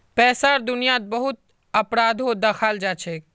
पैसार दुनियात बहुत अपराधो दखाल जाछेक